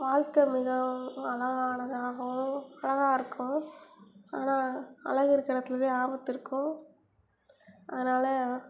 வாழ்க்கை மிகவும் அழகானதாகவும் அழகாக இருக்கும் ஆனால் அழகு இருக்க இடத்துல தான் ஆபத்து இருக்கும் அதனால